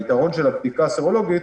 היתרון של הבדיקה הסרולוגית